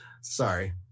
sorry